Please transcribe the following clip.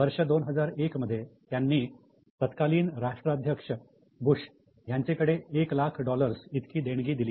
वर्ष 2001 मध्ये त्यांनी तत्कालीन राष्ट्राध्यक्ष बुश यांचेकडे एक लाख डॉलर्स इतकी देणगी दिली